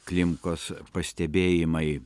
klimkos pastebėjimai